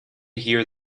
hear